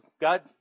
God